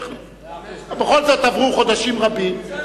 בכל זאת עברו חודשים רבים,